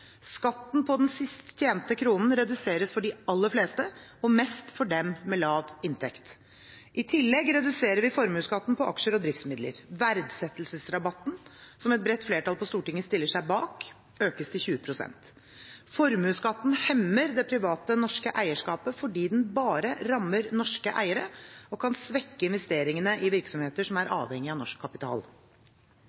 Skatten på den sist tjente kronen reduseres for de aller fleste, og mest for dem med lav inntekt. I tillegg reduserer vi formuesskatten på aksjer og driftsmidler. Verdsettelsesrabatten – som et bredt flertall på Stortinget stiller seg bak – økes til 20 pst. Formuesskatten hemmer det private norske eierskapet fordi den bare rammer norske eiere og kan svekke investeringene i virksomheter som er